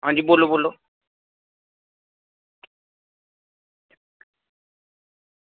आं जी बोल्लो बोल्लो आं जी बोल्लो बोल्लो